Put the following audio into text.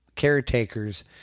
Caretakers